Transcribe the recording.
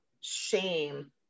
shame